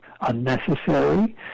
unnecessary